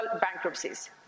bankruptcies